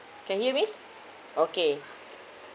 can hear me okay